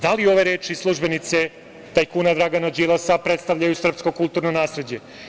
Da li ove reči službenice tajkuna Dragana Đilasa predstavljaju srpsko kulturno nasleđe?